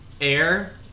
Air